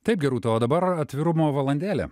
taip gerūta o dabar atvirumo valandėlė